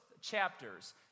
chapters